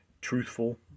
truthful